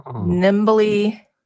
nimbly